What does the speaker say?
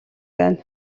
байна